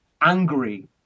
angry